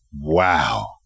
Wow